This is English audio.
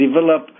develop